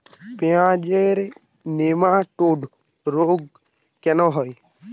পেঁয়াজের নেমাটোড রোগ কেন হয়?